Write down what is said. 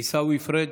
עיסאווי פריג'.